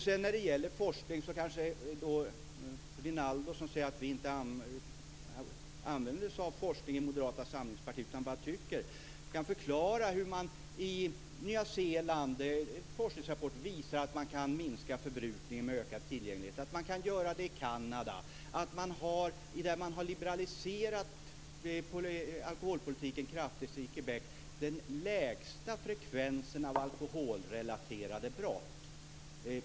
Rinaldo Karlsson säger att vi inte använder oss av forskning inom Moderata samlingspartiet utan bara tycker. Då kanske han kan förklara hur man i Nya Zeeland, enligt forskningsrapporter, kan minska förbrukningen med ökad tillgänglighet och att man kan göra det i Kanada. Man har liberaliserat alkoholpolitiken kraftigt i Quebec. Där har man den lägsta frekvensen av alkoholrelaterade brott.